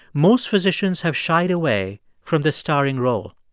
most physicians have shied away from this starring role.